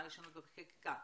מה לשנות בחקיקה,